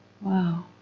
Wow